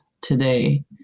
today